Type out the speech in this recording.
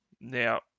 Now